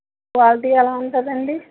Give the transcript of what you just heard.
quality ఎలా ఉంటుంది అండి